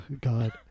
God